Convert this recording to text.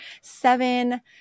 seven